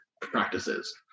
practices